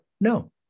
No